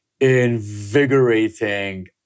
invigorating